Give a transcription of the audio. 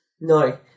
No